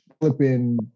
flipping